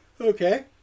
Okay